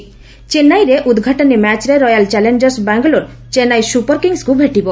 ଚେନ୍ନାଇରେ ଉଦ୍ଘାଟନୀ ମ୍ୟାଚ୍ରେ royal challengers Bangalore Chennai super କିଙ୍ଗ୍ସ୍କୁ ଭେଟିବ